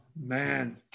Man